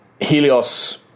Helios